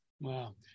Wow